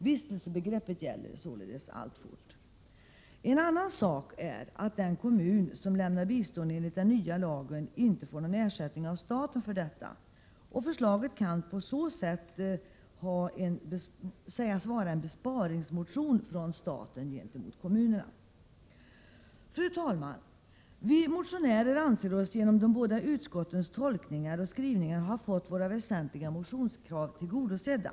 Vistelsebegreppet gäller således alltfort. Däremot får inte den kommun som lämnar bistånd enligt den nya lagen någon ersättning av staten för detta. Förslaget är på så sätt en besparingsmotion från staten gentemot kommunerna. Fru talman! Vi motionärer anser oss genom de båda utskottens tolkningar och skrivningar ha fått våra väsentliga motionskrav tillgodosedda.